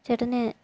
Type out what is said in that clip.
ചേട്ടന്